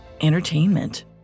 entertainment